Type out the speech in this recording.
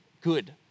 good